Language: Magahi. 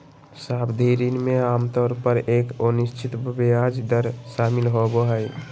सावधि ऋण में आमतौर पर एक अनिश्चित ब्याज दर शामिल होबो हइ